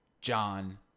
John